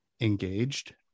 engaged